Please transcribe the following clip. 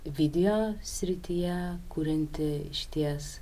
video srityje kurianti išties